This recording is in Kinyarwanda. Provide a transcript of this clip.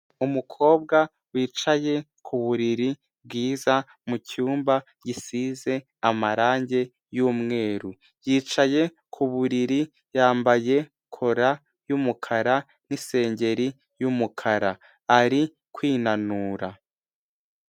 Umukobwa wicaye ku buriri bwiza mu cyumba gisize amarangi y'umweru, yicaye ku buriri yambaye kola y'umukara n'isengeri y'umukara, ari kwinanura.